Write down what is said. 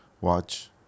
watch